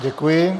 Děkuji.